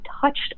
touched